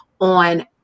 on